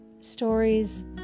stories